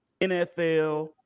NFL